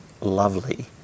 lovely